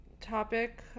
topic